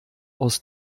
aus